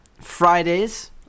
Fridays